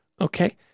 okay